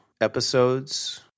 episodes